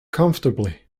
comfortably